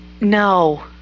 No